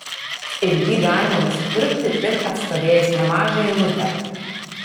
ir jį galima nusipirkti tik atstovėjus nemažą eilutę